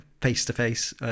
face-to-face